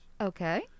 Okay